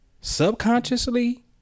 subconsciously